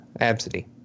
Absidy